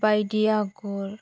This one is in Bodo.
बायदि आगर